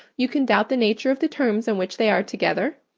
you can doubt the nature of the terms on which they are together.